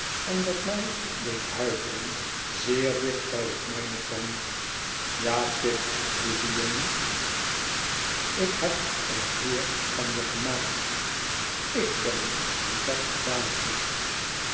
en dat mij deed huiveren zeer dicht bij het mijne kwam ja pip lieve jongen ik heb een heer van je gemaakt ik ben het die dat gedaan heeft